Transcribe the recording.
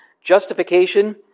justification